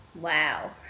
wow